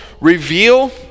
reveal